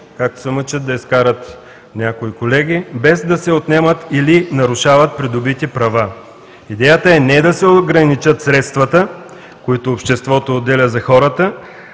както се мъчат да изкарат някои колеги, без да се отнемат или нарушават придобити права. Идеята е не да се ограничат средствата, които обществото отделя за хората,